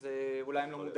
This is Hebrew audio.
אז אולי הם לא מודעים,